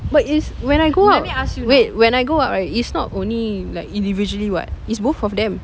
but is when I go out wait when I go out right it's not only like individually [what] is both of them